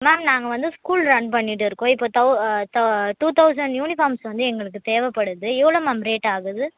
ma'am நாங்கள் வந்து school run பண்ணிட்டு இருக்கோம் இப்போ தவு தவு டூ தவுசண்ட் யூனிஃபார்ம்ஸ் வந்து எங்களுக்கு தேவைப்படுது எவ்வளோ மேம் ரேட் ஆகுது